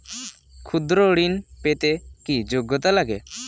ক্ষুদ্র ঋণ পেতে কি যোগ্যতা লাগে?